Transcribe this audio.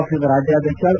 ಪಕ್ಷದ ರಾಜ್ಯಾಧ್ಯಕ್ಷ ಬಿ